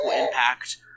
impact